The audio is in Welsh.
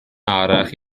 arall